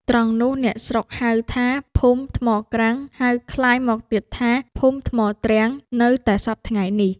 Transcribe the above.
ត្រង់នោះ អ្នកស្រុកហៅថាភូមិថ្មក្រាំង ហៅក្លាយមកទៀតថា ភូមិថ្មទ្រាំងនៅតែសព្វថ្ងៃនេះ ។